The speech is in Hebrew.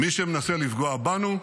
מי שמנסה לפגוע בנו,